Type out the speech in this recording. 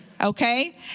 okay